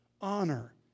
Honor